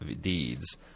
deeds